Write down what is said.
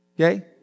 Okay